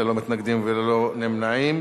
התשע"ב 2012,